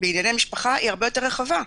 בענייני משפחה היא הרבה יותר רחבה.